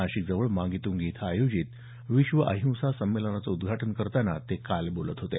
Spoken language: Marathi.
नाशिक जवळ मांगीतंगी इथं आयोजित विश्व अहिंसा संमेलनाचं उद्धाटन करताना ते काल बोलत होते